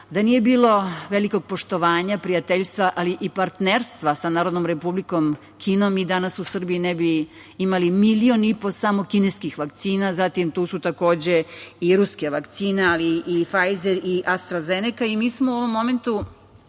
nije bilo velikog poštovanja, prijateljstva, ali i partnerstva sa Narodnom Republikom Kinom, mi danas u Srbiji ne bi imali milion i po samo kineskih vakcina. Zatim, tu su, takođe, i ruske vakcine, ali Fajzer i AstraZeneka. Mi smo u ovom momentu